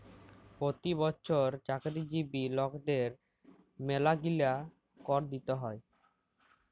পতি বচ্ছর চাকরিজীবি লকদের ম্যালাগিলা কর দিতে হ্যয়